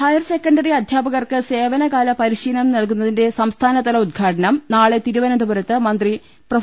higher secondary അധ്യാപകർക്ക് സേവനകാല പരിശീലനം നൽകുന്നതിന്റെ സംസ്ഥാനതല ഉദ്ഘാടനം നാളെ തിരുവനന്ത പുരത്ത് മന്ത്രി പ്രൊഫ